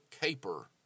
Caper